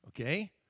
okay